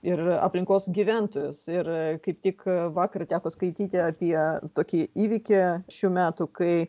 ir aplinkos gyventojus ir kaip tik vakar teko skaityti apie tokį įvykį šių metų kai